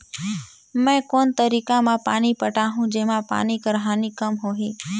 मैं कोन तरीका म पानी पटाहूं जेमा पानी कर हानि कम होही?